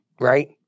right